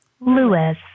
Lewis